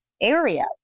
area